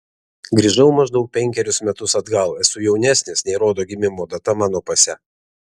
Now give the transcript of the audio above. grįžau maždaug penkerius metus atgal esu jaunesnis nei rodo gimimo data mano pase